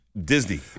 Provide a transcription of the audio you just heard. disney